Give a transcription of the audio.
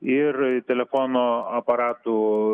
ir telefono aparatų